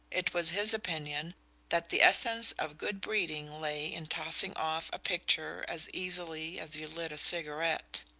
it was his opinion that the essence of good-breeding lay in tossing off a picture as easily as you lit a cigarette.